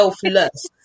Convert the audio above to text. selfless